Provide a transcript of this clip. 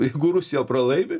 jeigu rusija pralaimi